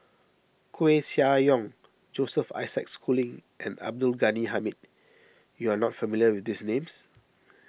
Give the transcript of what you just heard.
Koeh Sia Yong Joseph Isaac Schooling and Abdul Ghani Hamid you are not familiar with these names